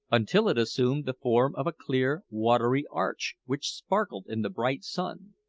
until it assumed the form of a clear watery arch, which sparkled in the bright sun.